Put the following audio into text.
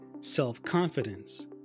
Self-Confidence